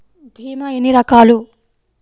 భీమ ఎన్ని రకాలు?